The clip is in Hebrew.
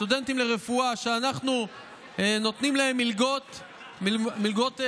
סטודנטים לרפואה שאנחנו נותנים להם מלגות רציניות,